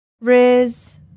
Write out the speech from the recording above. riz